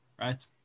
Right